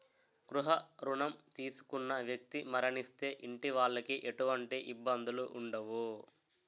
గృహ రుణం తీసుకున్న వ్యక్తి మరణిస్తే ఇంటి వాళ్లకి ఎటువంటి ఇబ్బందులు ఉండవు